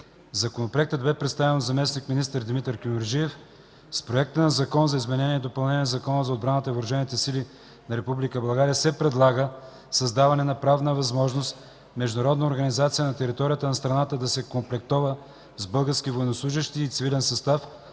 Законопроектът бе представен от заместник-министър Димитър Кюмюрджиев. С проекта на Закон за изменение и допълнение на Закона за отбраната и въоръжените сили на Република България се предлага създаване на правна възможност международна организация на територията на страната да се комплектова с български военнослужещи и цивилен състав